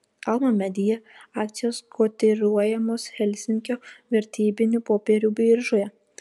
alma media akcijos kotiruojamos helsinkio vertybinių popierių biržoje